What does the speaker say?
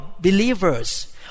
believers